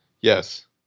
Yes